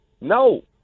no